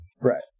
Right